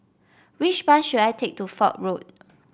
which bus should I take to Fort Road